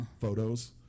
photos